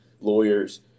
lawyers